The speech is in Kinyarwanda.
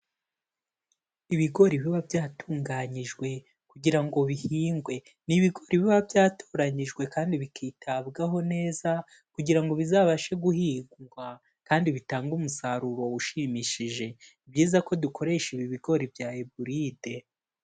Ibigori biba byatunganyijwe kugira ngo bihingwe, ni ibigori biba byatoranyijwe kandi bikitabwaho neza kugira ngo bizabashe guhingwa kandi bitange umusaruro ushimishije. Ni byiza ko dukoresha ibi bigori bya hybrid.